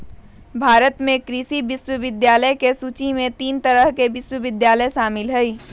भारत में कृषि विश्वविद्यालय के सूची में तीन तरह के विश्वविद्यालय शामिल हई